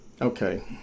Okay